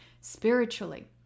spiritually